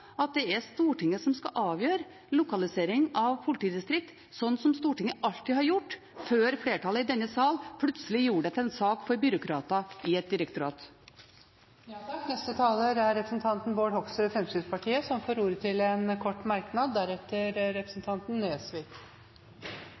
at det er Stortinget som skal avgjøre lokalisering av politidistrikt, slik Stortinget alltid har gjort før flertallet i denne sal plutselig gjorde det til en sak for byråkrater i et direktorat. Representanten Bård Hoksrud har hatt ordet to ganger og får ordet til en kort merknad, begrenset til 1 minutt. Jeg lurer på om representanten